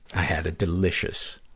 i had a delicious,